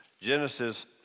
Genesis